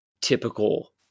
typical